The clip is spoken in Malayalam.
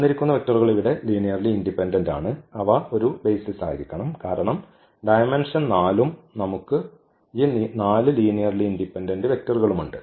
തന്നിരിക്കുന്ന വെക്റ്ററുകൾ ഇവിടെ ലീനിയർലി ഇൻഡിപെൻഡന്റ് ആണ് അവ ഒരു ബെയ്സിസ് ആയിരിക്കണം കാരണം ഡയമെന്ഷൻ 4 ഉം നമുക്ക് ഈ 4 ലീനിയർലി ഇൻഡിപെൻഡന്റ് വെക്റ്ററുകളും ഉണ്ട്